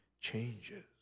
changes